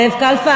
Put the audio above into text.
זבולון קלפה,